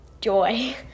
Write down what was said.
joy